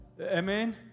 Amen